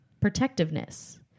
protectiveness